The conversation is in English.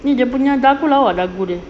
ni dia punya dagu lawa dagu dia